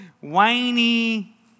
whiny